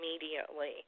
immediately